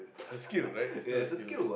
is a skill right is still a skill